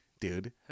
dude